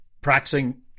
practicing